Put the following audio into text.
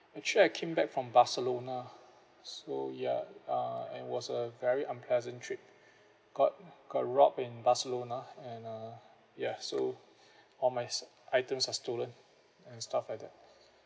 actually I came back from barcelona so ya uh it was a very unpleasant trip got got robbed in barcelona and uh ya so all my items are stolen and stuff like that